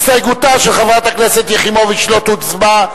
על הסתייגותה של חברת הכנסת יחימוביץ לא נצביע,